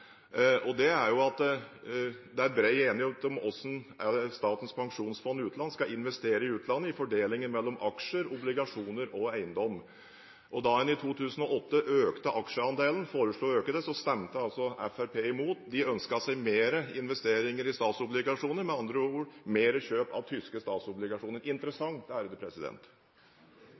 det allikevel. Det er at det er bred enighet om hvordan Statens pensjonsfond utland skal investere i utlandet, enighet om fordelingen mellom aksjer, obligasjoner og eiendom. Da en i 2008 foreslo å øke aksjeandelen, stemte Fremskrittspartiet imot. De ønsket seg flere investeringer i statsobligasjoner, med andre ord flere kjøp av tyske statsobligasjoner – interessant.